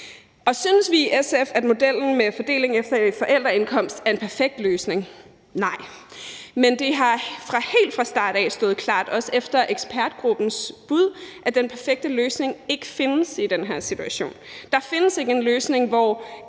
Synes vi i SF, at modellen med fordeling efter forældreindkomst er en perfekt løsning? Nej, men det har helt fra start af stået klart, også efter ekspertgruppens bud, at den perfekte løsning ikke findes i den her situation. Der findes ikke en løsning, hvor